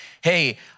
hey